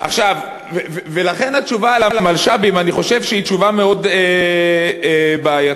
לכן התשובה על המלש"בים היא תשובה מאוד בעייתית.